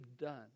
done